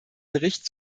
bericht